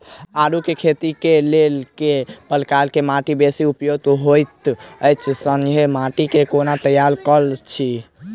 आलु केँ खेती केँ लेल केँ प्रकार केँ माटि बेसी उपयुक्त होइत आ संगे माटि केँ कोना तैयार करऽ छी?